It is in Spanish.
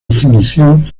ignición